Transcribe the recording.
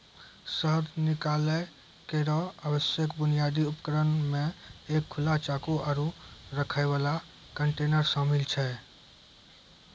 शहद निकालै केरो आवश्यक बुनियादी उपकरण म एक खुला चाकू, आरु रखै वाला कंटेनर शामिल छै